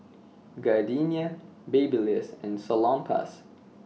Gardenia Babyliss and Salonpas